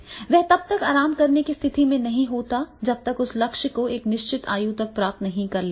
वह तब तक आराम करने की स्थिति में नहीं होगा जब तक कि उस लक्ष्य को एक निश्चित आयु तक प्राप्त नहीं किया जाता है